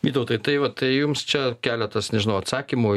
vytautai tai vat tai jums čia keletas nežinau atsakymų